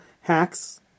Hacks